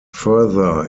further